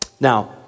Now